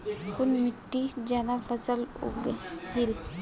कुन मिट्टी ज्यादा फसल उगहिल?